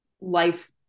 life